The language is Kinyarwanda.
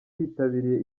bitabiriye